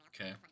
Okay